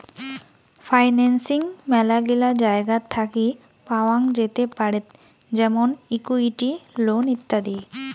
financing মেলাগিলা জায়গাত থাকি পাওয়াঙ যেতে পারেত যেমন ইকুইটি, লোন ইত্যাদি